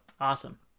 Awesome